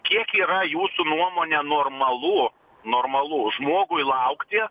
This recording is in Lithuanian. kiek yra jūsų nuomone normalu normalu žmogui laukti